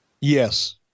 yes